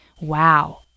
Wow